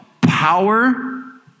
power